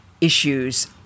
issues